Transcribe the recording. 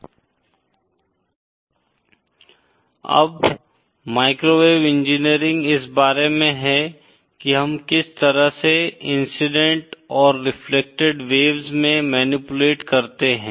अब microwave engineering इस बारे में है कि हम किस तरह से इंसिडेंट और रेफ्लेक्टेड वेव्स में मैनिपुलेट करते हैं